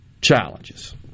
challenges